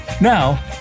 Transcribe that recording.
Now